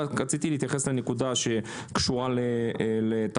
רציתי להתייחס לנקודה שקשורה לתחבורה